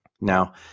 Now